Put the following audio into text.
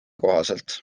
kohaselt